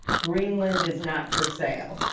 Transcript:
greenland is not for sale.